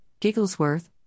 Gigglesworth